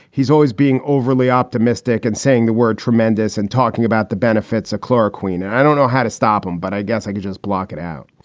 he's always being overly optimistic and saying the word tremendous and talking about the benefits of chloroquine. and i don't know how to stop him, but i guess i could just block it out